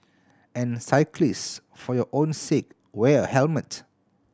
and cyclists for your own sake wear a helmet